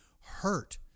hurt